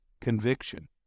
conviction